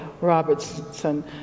Robertson